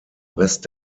rest